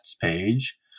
page